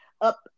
up